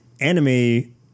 anime